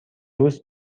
روز